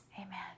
Amen